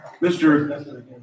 Mr